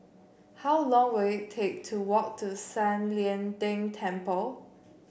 how long will it take to walk to San Lian Deng Temple